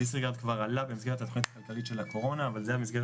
הדיסריגרד כבר עלה במסגרת התוכנית הכלכלית של הקורונה אבל זאת מסגרת